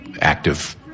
active